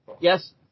Yes